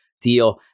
deal